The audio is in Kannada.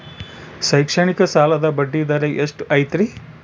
ಶೈಕ್ಷಣಿಕ ಸಾಲದ ಬಡ್ಡಿ ದರ ಎಷ್ಟು ಐತ್ರಿ?